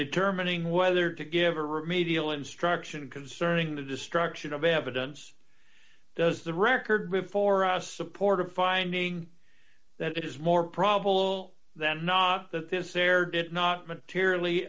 determining whether to give a remedial instruction concerning the destruction of evidence does the record before us support a finding that it is more probable than not that this air does not materially